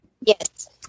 Yes